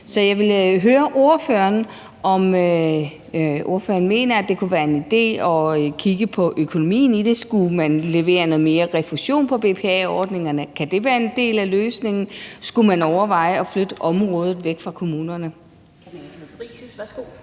jeg vil høre, om ordføreren mener, at det kunne være en idé at kigge på økonomien i det. Skulle man levere noget mere refusion på BPA-ordningerne? Kan det være en del af løsningen? Skulle man overveje at flytte området væk fra kommunerne?